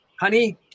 honey